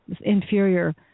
inferior